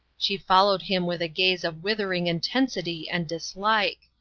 she followed him with a gaze of wither ing intensity and dislike.